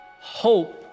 hope